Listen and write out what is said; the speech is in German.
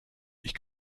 ich